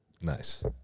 Nice